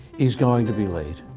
he's going to be late.